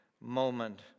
moment